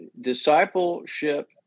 discipleship